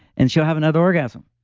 and she'll have another orgasm.